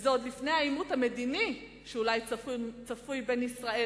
וזה עוד לפני העימות המדיני שאולי צפוי בין ישראל